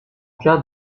cas